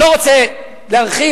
לא רוצה להרחיב.